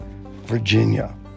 Virginia